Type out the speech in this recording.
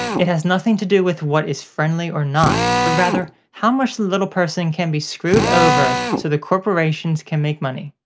it has nothing to do with what is friendly or not, but rather, how much the little person can be screwed over so the corporations can make money.